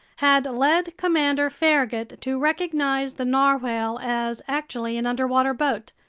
had led commander farragut to recognize the narwhale as actually an underwater boat,